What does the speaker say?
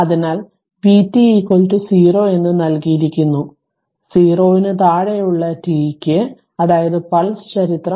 അതിനാൽ vt 0 എന്ന് നൽകിയിരിക്കുന്നു 0 ന് താഴെയുള്ള t ന് അതായത് പൾസ് ചരിത്രം